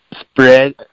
spread